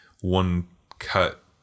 one-cut